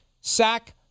Sack